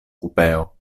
kupeo